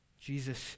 Jesus